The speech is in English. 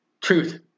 Truth